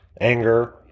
Anger